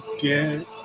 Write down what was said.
get